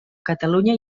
catalunya